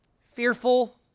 fearful